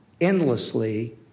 endlessly